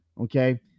Okay